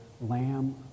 Lamb